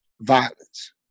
violence